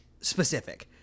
specific